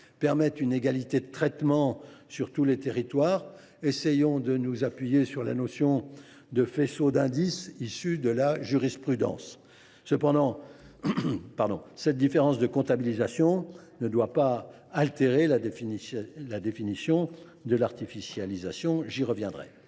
permettre une égalité de traitement sur l’ensemble du territoire, je propose de nous appuyer sur la notion de faisceau d’indices, issue de la jurisprudence. Cette différence de comptabilisation ne doit cependant pas altérer la définition de l’artificialisation ; j’y reviendrai.